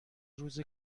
روز